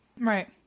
Right